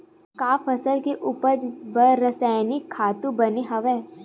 का फसल के उपज बर रासायनिक खातु बने हवय?